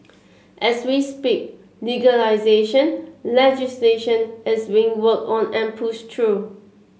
as we speak legalisation legislation is being worked on and pushed through